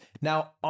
Now